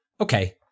okay